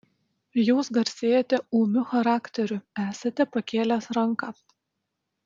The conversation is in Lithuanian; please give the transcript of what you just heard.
jūs garsėjate ūmiu charakteriu esate pakėlęs ranką